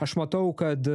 aš matau kad